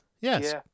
Yes